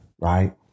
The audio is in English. right